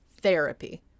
therapy